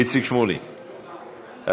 איציק שמולי, בבקשה,